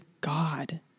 God